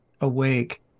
awake